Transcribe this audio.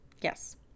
Yes